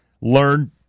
Learn